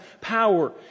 power